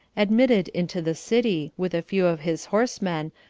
admitted into the city, with a few of his horsemen,